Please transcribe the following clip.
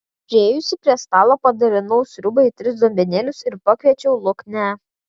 priėjusi prie stalo padalinau sriubą į tris dubenėlius ir pakviečiau luknę